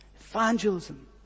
evangelism